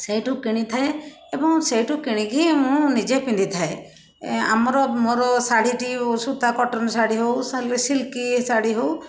ସେଇଠୁ କିଣିଥାଏ ଏବଂ ସେଇଠୁ କିଣିକି ମୁଁ ନିଜେ ପିନ୍ଧିଥାଏ ଏଁ ଆମର ମୋର ଶାଢ଼ୀଟି ସୁତା କଟନ ଶାଢ଼ୀ ହଉ ସାଲୁ ସିଲ୍କ ଶାଢ଼ୀ ହଉ